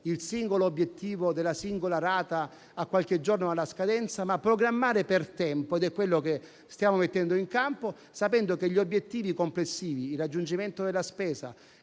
il singolo obiettivo della singola rata a qualche giorno dalla scadenza, ma programmando per tempo. È quello che stiamo mettendo in campo sapendo che gli obiettivi complessivi, il raggiungimento della spesa